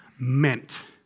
meant